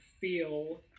feel